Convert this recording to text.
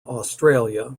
australia